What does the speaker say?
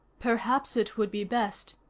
perhaps it would be best,